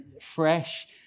fresh